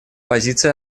позиция